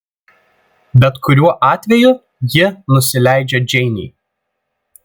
bet kuriuo atveju ji nusileidžia džeinei